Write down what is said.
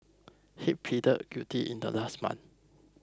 head pleaded guilty in the last month